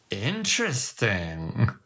Interesting